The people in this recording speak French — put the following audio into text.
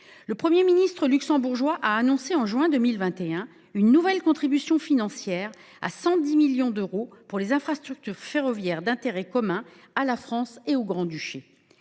Le Premier ministre luxembourgeois a annoncé en juin 2021 une nouvelle contribution financière de 110 millions d’euros pour les infrastructures ferroviaires d’intérêt commun à la France et au Grand Duché.